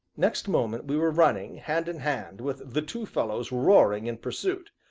next moment we were running, hand in hand, with the two fellows roaring in pursuit.